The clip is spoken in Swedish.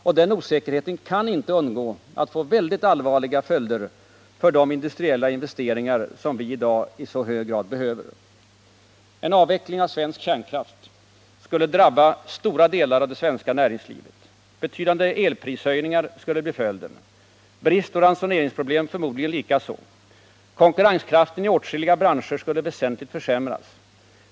Och den osäkerheten kan inte undgå att få mycket allvarliga följder för de industriella investeringar som vi i dag i så hög grad behöver. En avveckling av svensk kärnkraft skulle drabba stora delar av vårt näringsliv. Betydande elprishöjningar skulle bli följden, bristoch ransoneringsproblem förmodligen likaså. Konkurrenskraften i åtskilliga branscher skulle väsentligt försämras.